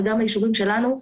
וגם האישורים שלנו,